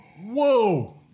Whoa